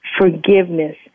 forgiveness